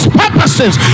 purposes